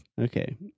Okay